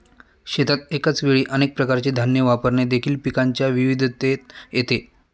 शेतात एकाच वेळी अनेक प्रकारचे धान्य वापरणे देखील पिकांच्या विविधतेत येते